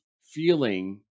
feeling